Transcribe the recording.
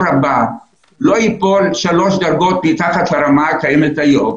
הבא לא ייפול שלוש דרגות מתחת לרמה הקיימת היום,